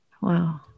wow